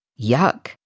Yuck